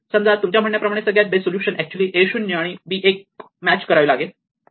समजा तुमच्या म्हणण्याप्रमाणे सगळ्यात बेस्ट सोलुशन ऍक्च्युली a 0 आणि b 1 मॅच करावे लागते